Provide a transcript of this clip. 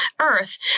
Earth